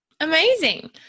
Amazing